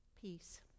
Peace